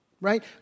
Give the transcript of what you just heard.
right